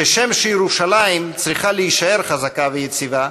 כשם שירושלים צריכה להישאר חזקה ויציבה,